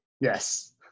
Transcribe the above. yes